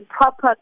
proper